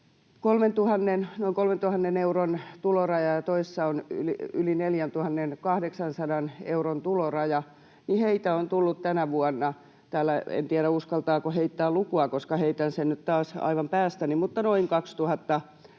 noin 3 000 euron tuloraja ja toisessa on yli 4 800 euron tuloraja, heitä on tullut tänä vuonna — en tiedä uskaltaako heittää lukua, koska heitän sen nyt taas aivan päästäni — noin 2